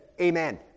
amen